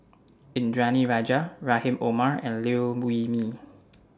Indranee Rajah Rahim Omar and Liew Wee Mee